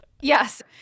Yes